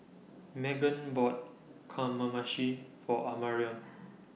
Meghan bought Kamameshi For Amarion